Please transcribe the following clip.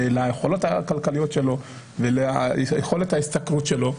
ליכולות הכלכליות שלו וליכולת ההשתכרות שלו,